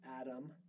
Adam